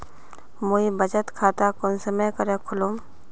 मुई बचत खता कुंसम करे खोलुम?